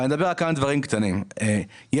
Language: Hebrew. האם